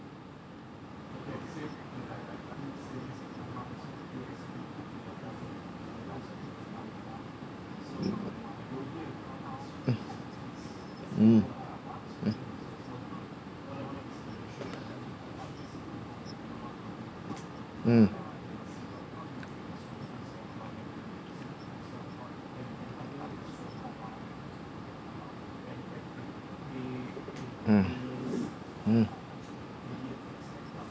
um um um uh